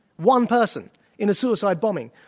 one person in a suicide bombing.